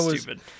stupid